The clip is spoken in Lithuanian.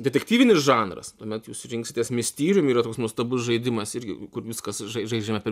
detektyvinis žanras tuomet jūs rinksitės mysterium yra toks nuostabus žaidimas irgi kur viskas žaidžiama per